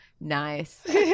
Nice